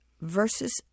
versus